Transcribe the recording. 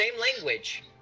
language